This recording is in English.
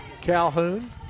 Calhoun